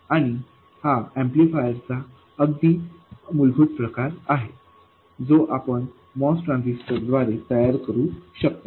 आणि हा एम्पलीफायरचा अगदी मूलभूत प्रकार आहे जो आपण MOS ट्रान्झिस्टरद्वारे तयार करू शकता